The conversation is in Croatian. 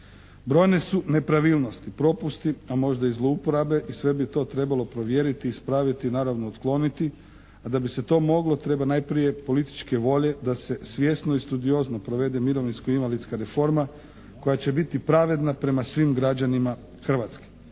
brojne su nepravilnosti, propusti pa možda i zlouporabe i sve bi to trebalo provjeriti, ispraviti i naravno otkloniti a da bi se to moglo treba najprije političke volje da se svjesno i studiozno provede mirovinsko invalidska reforma koja će biti pravedna prema svim građanima Hrvatske.